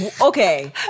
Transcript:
Okay